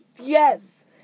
Yes